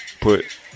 put